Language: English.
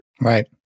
Right